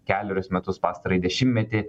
kelerius metus pastarąjį dešimtmetį